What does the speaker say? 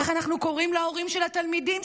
איך אנחנו קוראים להורים של התלמידים,